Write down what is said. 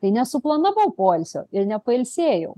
tai nesuplanavau poilsio ir nepailsėjau